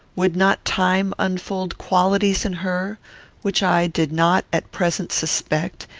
would not time unfold qualities in her which i did not at present suspect,